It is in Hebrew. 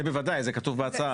זה בוודאי, זה כתוב בהצעה.